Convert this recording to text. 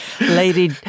Lady